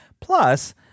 plus